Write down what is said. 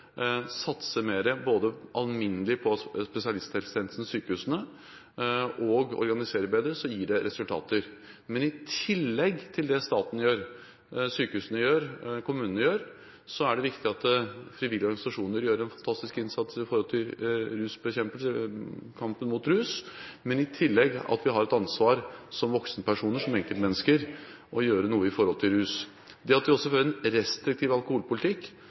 både i sin alminnelighet, på spesialisthelsetjenestene og sykehusene – så gir det resultater. Men i tillegg til det staten gjør, det sykehusene gjør, det kommunene gjør, og den fantastiske innsatsen som frivillige organisasjoner gjør i kampen mot rus, så har vi et ansvar som voksenpersoner, som enkeltmennesker, for å gjøre noe i forhold til rus. Også det at vi får en restriktiv alkoholpolitikk,